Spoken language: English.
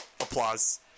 Applause